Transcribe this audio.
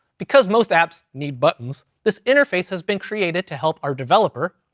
because most apps need buttons, this interface has been created to help our developer,